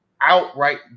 outright